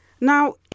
Now